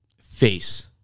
face